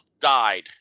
died